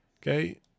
Okay